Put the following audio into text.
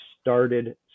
started